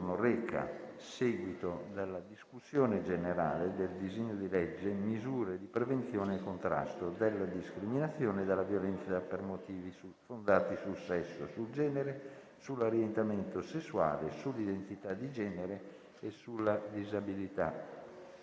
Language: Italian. momento segnato dalla discussione del disegno di legge recante misure di prevenzione e contrasto della discriminazione e della violenza per motivi fondati sul sesso, sul genere, sull'orientamento sessuale, sull'identità di genere e sulla disabilità.